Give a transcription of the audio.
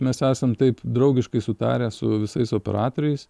mes esam taip draugiškai sutarę su visais operatoriais